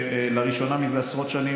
שלראשונה מזה עשרות שנים,